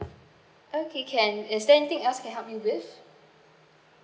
okay can is there anything else I can help you with